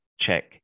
check